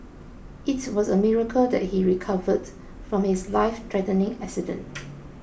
it was a miracle that he recovered from his lifethreatening accident